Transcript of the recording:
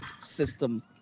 system